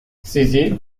sizi